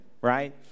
right